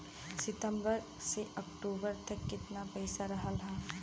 सितंबर से अक्टूबर तक कितना पैसा रहल ह?